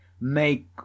Make